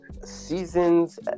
Seasons